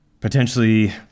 potentially